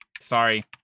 Sorry